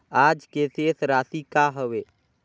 आज के शेष राशि का हवे?